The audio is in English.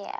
yeah